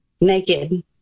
naked